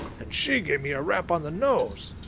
and she gave me a rap on the nose!